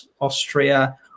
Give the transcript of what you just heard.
Austria